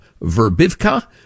Verbivka